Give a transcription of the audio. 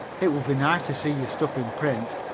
it would be nice to see your stuff in print.